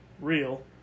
real